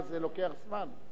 7929 ו-7930.